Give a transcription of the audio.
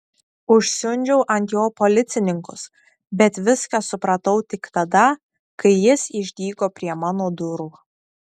užsiundžiau ant jo policininkus bet viską supratau tik tada kai jis išdygo prie mano durų